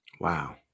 Wow